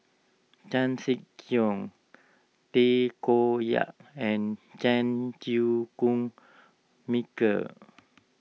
Chan Sek Keong Tay Koh Yat and Chan Chew Koon Michael